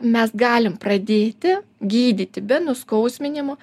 mes galim pradėti gydyti be nuskausminimo